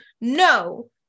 no